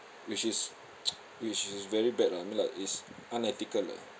which is which is very bad lah I mean like is unethical lah